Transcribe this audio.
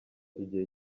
igihe